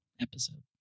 episode